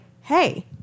hey—